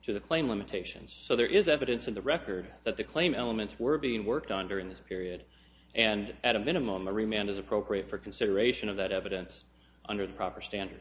to the claimed limitations so there is evidence in the record that the claim elements were being worked on during this period and at a minimum remained as appropriate for consideration of that evidence under the proper standard